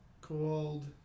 called